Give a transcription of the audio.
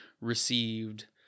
received